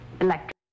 electric